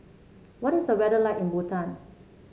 what is the weather like in Bhutan